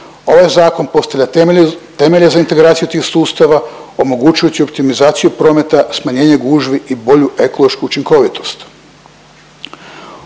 Ovaj zakon postavlja temelje za integraciju tih sustava omogućujući optimizaciju prometa, smanjenje gužvi i bolju ekološku učinkovitost.